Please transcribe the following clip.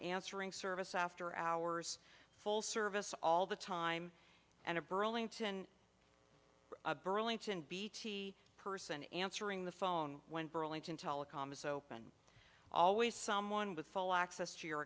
answering service after hours full service all the time and a burlington burlington v t person answering the phone when burlington telecom is open always someone with full access to your